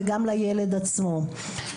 וגם לילד עצמו.